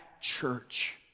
church